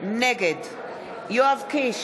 נגד יואב קיש,